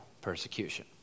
persecution